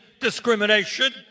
discrimination